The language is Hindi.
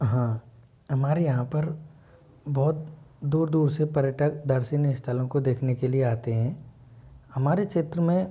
हाँ हमारे यहाँ पर बहुत दूर दूर से पर्यटक दर्शनीय स्थलों को देखने के लिए आते हैं हमारे क्षेत्र में